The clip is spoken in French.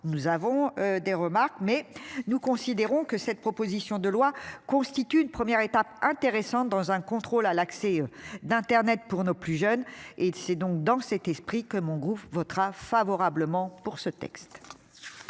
Nous avons des remarques mais nous considérons que cette proposition de loi constitue une première étape intéressante dans un contrôle à l'accès d'Internet pour nos plus jeunes et c'est donc dans cet esprit que mon groupe votera favorablement pour ce texte.